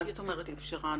מה זאת אומרת אפשרה?